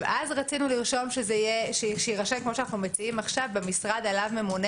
אז רצינו לרשום שיירשם כמו שאנחנו מציעים עכשיו "במשרד שעליו ממונה